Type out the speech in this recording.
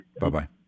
Bye-bye